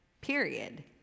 period